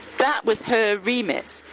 that was her remit.